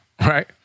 right